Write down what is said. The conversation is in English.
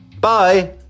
Bye